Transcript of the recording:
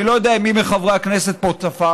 אני לא יודע אם מי מחברי הכנסת פה צפה,